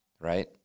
Right